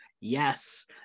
Yes